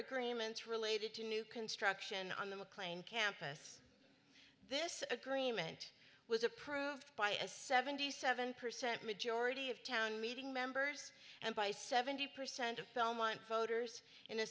agreements related to new construction on the mclean campus this agreement was approved by a seventy seven percent majority of town meeting members and by seventy percent of belmont voters in a